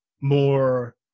more